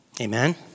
Amen